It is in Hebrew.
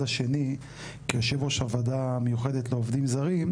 השני כיושב-ראש הוועדה המיוחדת לעובדים זרים,